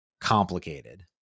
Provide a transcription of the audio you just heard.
complicated